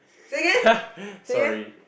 !huh! sorry